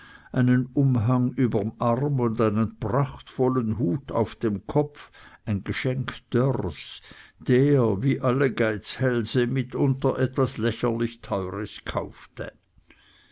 einen umhang überm arm und einen prachtvollen hut auf dem kopf ein geschenk dörrs der wie alle geizhälse mitunter etwas lächerlich teures kaufte